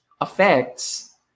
affects